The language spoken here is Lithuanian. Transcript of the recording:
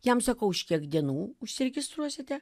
jam sakau už kiek dienų užsiregistruosite